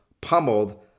pummeled